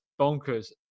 bonkers